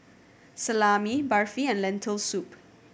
Salami Barfi and Lentil Soup